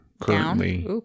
currently